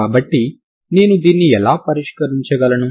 కాబట్టి నేను దీన్ని ఎలా పరిష్కరించగలను